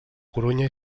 corunya